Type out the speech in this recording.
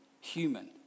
human